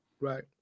Right